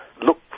look